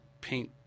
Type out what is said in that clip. paint